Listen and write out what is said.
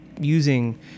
using